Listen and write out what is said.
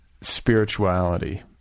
spirituality